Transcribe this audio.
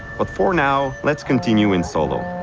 but for now, let's continue in solo.